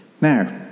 now